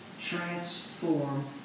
transform